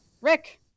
Rick